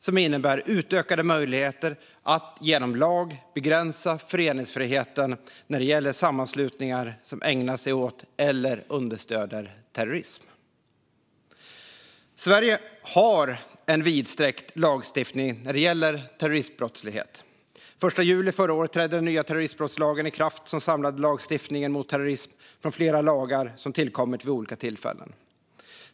Detta innebär utökade möjligheter att genom lag begränsa föreningsfriheten när det gäller sammanslutningar som ägnar sig åt eller understöder terrorism. Sverige har en vidsträckt lagstiftning när det gäller terroristbrottslighet. Den 1 juli förra året trädde den nya terroristbrottslagen i kraft, som samlade lagstiftningen mot terrorism från flera lagar som tillkommit vid olika tillfällen.